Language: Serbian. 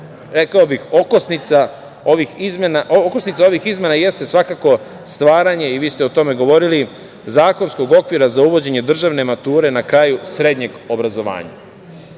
obrazovanju. Okosnica ovih izmena jeste svakako stvaranje, i vi ste o tome govorili, zakonskog okvira za uvođenje državne mature na kraju srednjeg obrazovanja. Državna